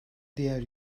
diğer